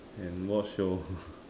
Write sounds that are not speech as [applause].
and watch shows [laughs]